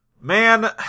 man